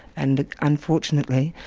and unfortunately,